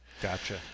Gotcha